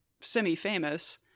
semi-famous